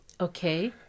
Okay